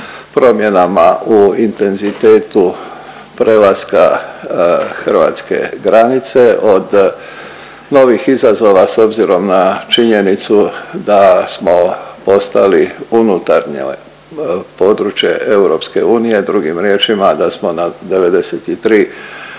promjenama u intenzitetu prelaska hrvatske granice, od novih izazova s obzirom na činjenicu da smo ostali unutarnje područje EU, drugim riječima da smo na 93